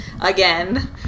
again